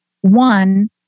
one